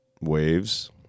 waves